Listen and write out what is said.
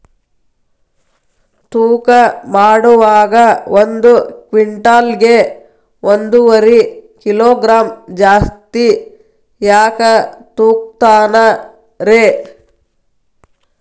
ತೂಕಮಾಡುವಾಗ ಒಂದು ಕ್ವಿಂಟಾಲ್ ಗೆ ಒಂದುವರಿ ಕಿಲೋಗ್ರಾಂ ಜಾಸ್ತಿ ಯಾಕ ತೂಗ್ತಾನ ರೇ?